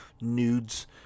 nudes